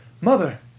Mother